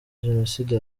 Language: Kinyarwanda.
jenoside